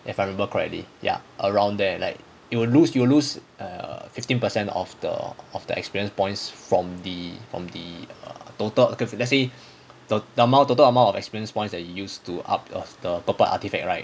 if I remember correctly ya around there like you will lose you lose err fifteen percent of the of the experience points from the from the total you because let's say the the amount total amount of experience points that you used to up your the proper artefact right